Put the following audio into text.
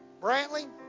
Brantley